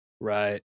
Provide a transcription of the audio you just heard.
right